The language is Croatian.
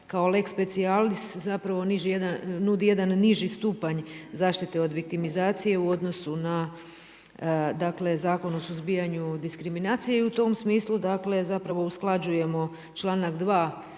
kao lex specialis zapravo nudi jedan niži stupanj zaštite od viktimizacije u odnosu na dakle Zakon o suzbijanju diskriminacije. I u tom smislu dakle zapravo usklađujemo članak 2.